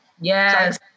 Yes